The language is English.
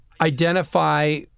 identify